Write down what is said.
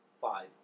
five